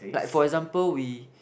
like for example we